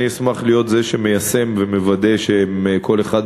אני אשמח להיות זה שמיישם ומוודא שכל אחת